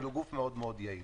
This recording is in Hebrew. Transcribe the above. אבל הוא גוף מאוד מאוד יעיל.